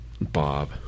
Bob